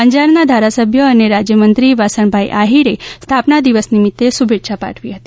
અંજારના ધારાસભ્ય અને રાજ્યમંત્રી વાસણભાઈ આહિરે સ્થાપના દિન નિમિત્તે શુભેચ્છા પાઠવી હતી